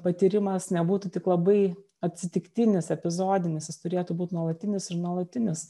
patyrimas nebūtų tik labai atsitiktinis epizodinis jis turėtų būt nuolatinis ir nuolatinis